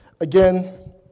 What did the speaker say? again